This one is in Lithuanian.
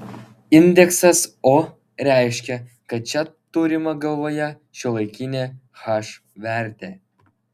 indeksas o reiškia kad čia turima galvoje šiuolaikinė h vertė